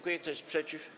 Kto jest przeciw?